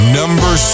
number